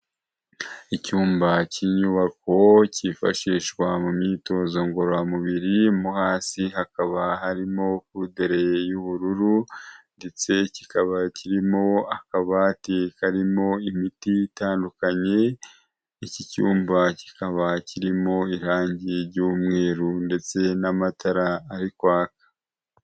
Icyumba cy'inyubako cyifashishwa mu myitozo ngorora mubiri, mo hasi hakaba harimo kudere y'ubururu ndetse kikaba kirimo akabati karimo imiti itandukanye, iki cyumba kikaba kirimo irangi ry'umweru ndetse n'amatara ari kwaka.